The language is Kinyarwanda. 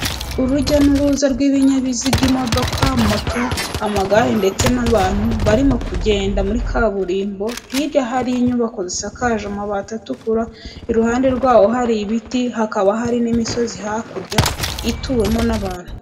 Urujya n'uruza rw'ibinyabiziga: imodoka, moto, amagare ndetse n'abantu; barimo kugenda muri kaburimbo, hirya hari inyubako zisakaje amabati atukura, iruhande rwawo hari ibiti; hakaba hari n'imisozi hakurya ituwemo n'abantu.